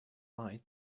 light